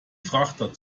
frachter